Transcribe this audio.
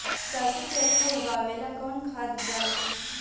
सरसो के अच्छा उगावेला कवन खाद्य डाली?